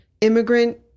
immigrant